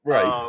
Right